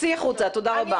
צאי החוצה, תודה רבה.